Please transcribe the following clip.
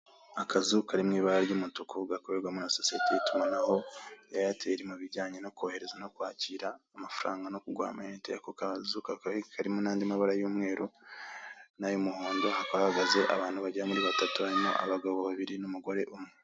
Akazu kari mu ibara ry'umutuku gakorerwamo na sosiyete y'itumanaho ya eyateri mu bijyanye no kohereza no kwakira amafaranga no kugura amayinite, ako kazu kakaba karimo n'andi mabara y'umweru n'ay'umuhondo hakaba hahagaze abantu bagera muri batatu, harimo abagabo babiri n'umugore umwe.